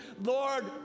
Lord